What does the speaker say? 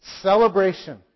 celebration